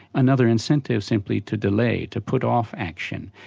another incentive simply to delay, to put off action.